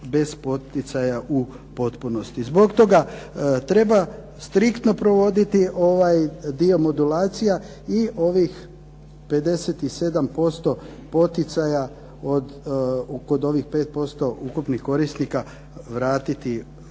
bez poticaja u potpunosti. Zbog toga treba striktno provoditi ovaj dio modulacija i ovih 57% poticaja kod ovih 5% ukupnih korisnika vratiti u